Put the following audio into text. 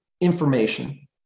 information